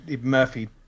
Murphy